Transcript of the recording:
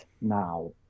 now